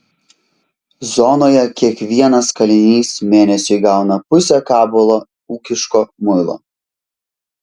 zonoje kiekvienas kalinys mėnesiui gauna pusę gabalo ūkiško muilo